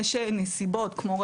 יש נסיבות כמו,